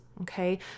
Okay